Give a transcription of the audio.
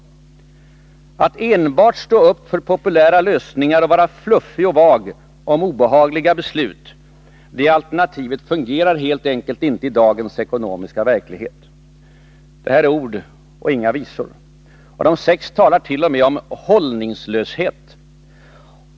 ”Att enbart stå upp för populära lösningar och vara fluffig och vag om obehagliga beslut”, det alternativet fungerar helt enkelt inte i dagens ekonomiska verklighet. Detta är ord och inga visor. De sex talar t.o.m. om hållningslöshet.